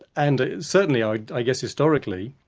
and certainly i i guess historically,